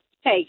Hey